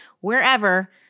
wherever